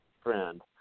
friend